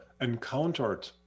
encountered